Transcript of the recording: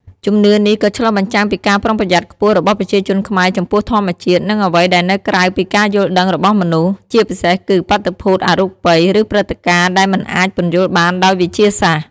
ជំនឿនេះក៏ឆ្លុះបញ្ចាំងពីការប្រុងប្រយ័ត្នខ្ពស់របស់ប្រជាជនខ្មែរចំពោះធម្មជាតិ និងអ្វីដែលនៅក្រៅពីការយល់ដឹងរបស់មនុស្ស ជាពិសេសគឺ បាតុភូតអរូបី ឬព្រឹត្តិការណ៍ដែលមិនអាចពន្យល់បានដោយវិទ្យាសាស្ត្រ។